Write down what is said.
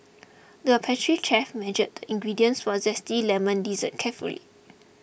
the pastry chef measured the ingredients for a Zesty Lemon Dessert carefully